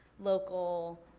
local.